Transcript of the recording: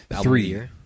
Three